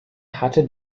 hatte